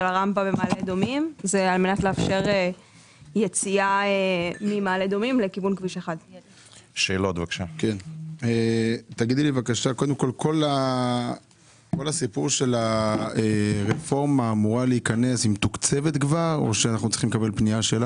הרמפה במעלה אדומים ועל מנת לאפשר יציאה ממעלה אדומים לכיוון כביש 1. הרפורמה שאמורה להיכנס כבר מתוקצבת או שאנחנו צריכים לקבל פנייה?